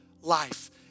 life